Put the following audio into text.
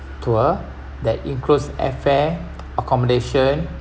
tour that includes airfare accommodation